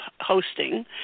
hosting